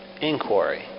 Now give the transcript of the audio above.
inquiry